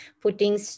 putting